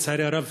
לצערי הרב,